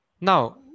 Now